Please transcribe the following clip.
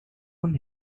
one